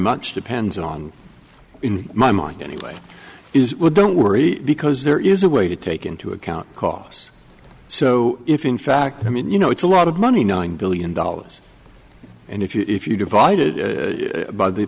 much depends on in my mind anyway is don't worry because there is a way to take into account costs so if in fact i mean you know it's a lot of money nine billion dollars and if you divide it by the